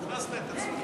הכנסת את עצמך.